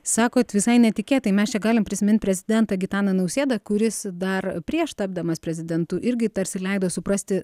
sakot visai netikėtai mes čia galim prisimint prezidentą gitaną nausėdą kuris dar prieš tapdamas prezidentu irgi tarsi leido suprasti